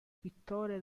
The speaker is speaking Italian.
pittore